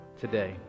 today